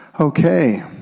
Okay